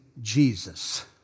Jesus